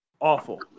awful